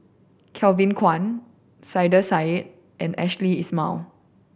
Kevin Kwan Saiedah Said and Ashley Isham